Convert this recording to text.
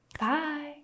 Bye